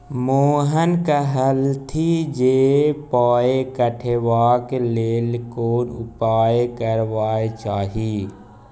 मोहन कहलथि जे पाय पठेबाक लेल कोन उपाय करबाक चाही